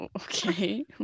okay